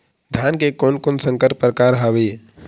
धान के कोन कोन संकर परकार हावे?